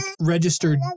registered